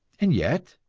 and yet,